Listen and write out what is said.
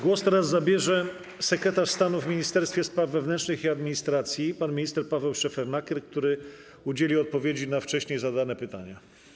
Głos teraz zabierze sekretarz stanu w Ministerstwie Spraw Wewnętrznych i Administracji pan minister Paweł Szefernaker, który udzieli odpowiedzi na wcześniej zadane pytania.